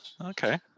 Okay